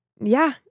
Yeah